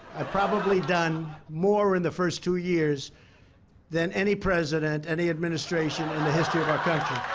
i've probably done more in the first two years than any president, any administration in the history of our country.